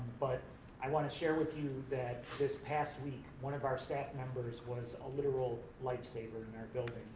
but i want to share with you that this past week, one of our staff members was a literal life-saver in our building.